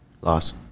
Loss